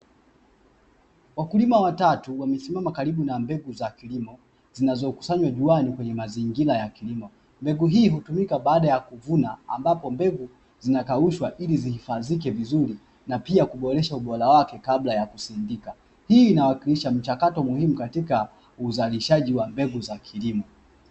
Wakulima watatu wamesimama karibu na mbegu za kilimo, zinazokusanywa juani kwenye mazingira ya kilimo. Mbegu hii hutumika baada ya kuvuna ambapo mbegu zinakaushwa ili zihifadhike vizuri, na pia kuboresha ubora wake kabla ya kusindika. Hii inawakilisha mchakato muhimu katika uzalishaji wa mbegu za kilimo.